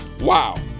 Wow